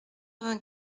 vingt